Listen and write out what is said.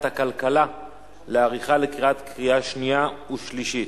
הכלכלה לעריכה לקראת קריאה שנייה ושלישית.